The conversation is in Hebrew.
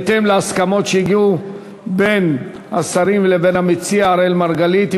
בהתאם להסכמות בין השרים לבין המציע אראל מרגלית.